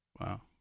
Wow